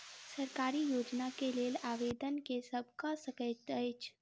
सरकारी योजना केँ लेल आवेदन केँ सब कऽ सकैत अछि?